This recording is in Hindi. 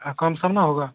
हाँ कम सर न होगा